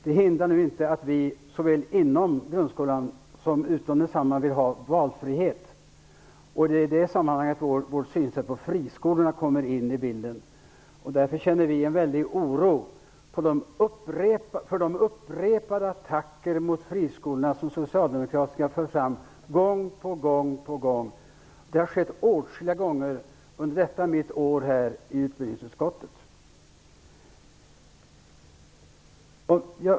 Detta hindrar inte att vi såväl inom grundskolan som utanför den vill ha valfrihet, och det är i det sammanhanget som vårt sätt att se på friskolorna kommer in i bilden. Vi känner en stor oro över de upprepade attacker mot friskolorna som socialdemokraterna gång på gång för fram. Det har skett åtskilliga gånger under mitt år i utbildningsutskottet.